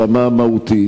ברמה המהותית,